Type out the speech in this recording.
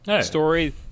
story